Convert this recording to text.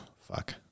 fuck